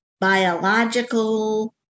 biological